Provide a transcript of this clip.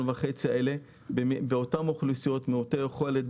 שקל הללו באוכלוסיות מעוטות יכולת,